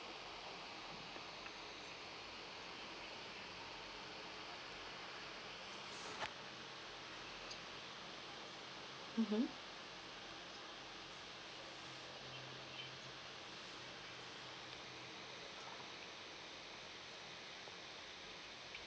mmhmm